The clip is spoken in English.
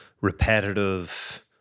repetitive